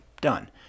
Done